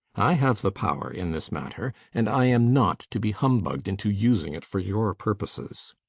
i have the power in this matter and i am not to be humbugged into using it for your purposes.